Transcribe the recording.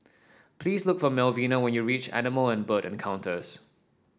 please look for Melvina when you reach Animal and Bird Encounters